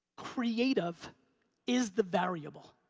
creative is the variable.